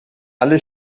alle